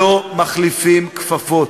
לא מחליפים כפפות,